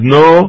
no